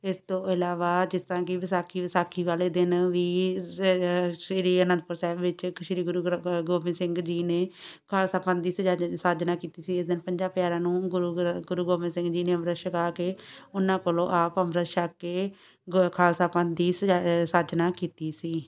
ਇਸ ਤੋਂ ਇਲਾਵਾ ਜਿਸ ਤਰ੍ਹਾਂ ਕਿ ਵਿਸਾਖੀ ਵਿਸਾਖੀ ਵਾਲੇ ਦਿਨ ਵੀ ਸ ਸ਼੍ਰੀ ਆਨੰਦਪੁਰ ਸਾਹਿਬ ਵਿੱਚ ਸ਼੍ਰੀ ਗੁਰੂ ਗ੍ਰੰ ਗੋਬਿੰਦ ਸਿੰਘ ਜੀ ਨੇ ਖਾਲਸਾ ਪੰਥ ਦੀ ਸਜਾਦੇ ਸਾਜਨਾ ਕੀਤੀ ਸੀ ਇਸ ਦਿਨ ਪੰਜਾਂ ਪਿਆਰਿਆਂ ਨੂੰ ਗੁਰੂ ਗ੍ਰੰ ਗੁਰੂ ਗੋਬਿੰਦ ਸਿੰਘ ਜੀ ਨੇ ਅੰਮ੍ਰਿਤ ਛਕਾ ਕੇ ਉਹਨਾਂ ਕੋਲੋਂ ਆਪ ਅੰਮ੍ਰਿਤ ਛਕ ਕੇ ਗ ਖਾਲਸਾ ਪੰਥ ਦੀ ਸਜ ਸਾਜਨਾ ਕੀਤੀ ਸੀ